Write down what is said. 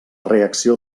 reacció